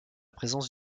présence